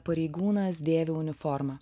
pareigūnas dėvi uniformą